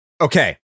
Okay